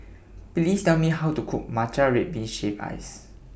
Please Tell Me How to Cook Matcha Red Bean Shaved Ice